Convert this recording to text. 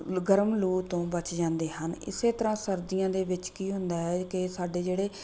ਗਰਮ ਲੂ ਤੋਂ ਬੱਚ ਜਾਂਦੇ ਹਨ ਇਸ ਤਰ੍ਹਾਂ ਸਰਦੀਆਂ ਦੇ ਵਿੱਚ ਕੀ ਹੁੰਦਾ ਹੈ ਕਿ ਸਾਡੇ ਜਿਹੜੇ